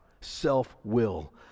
self-will